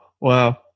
wow